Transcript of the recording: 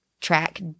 track